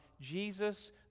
Jesus